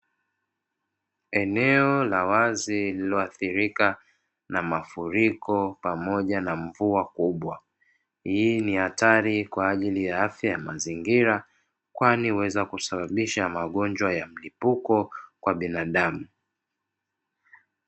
Eneo la wazi lililoathirika na mafuriko pamoja na mvua kubwa, hii ni hatari kwa ajili ya afya ya mazingira kwani huweza kusababisha magonjwa ya mlipuko kwa binaadamu.